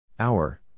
Hour